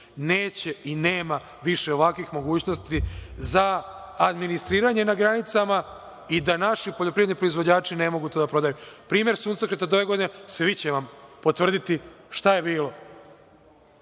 Neće i nema više ovakvih mogućnosti za administriranje na granicama i da naši poljoprivredni proizvođači ne mogu to da prodaju. Primer suncokreta ove godine svi će vam potvrditi šta je bilo.